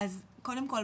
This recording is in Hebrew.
אז קודם כל,